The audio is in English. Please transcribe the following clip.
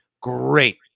Great